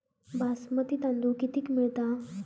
बासमती तांदूळ कितीक मिळता?